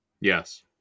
yes